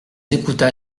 écouta